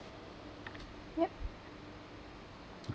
yup